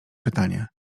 pytanie